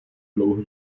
dlouho